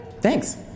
Thanks